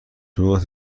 حقوقت